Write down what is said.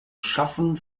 schaffen